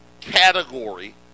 category